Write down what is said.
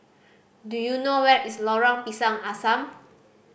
do you know where is Lorong Pisang Asam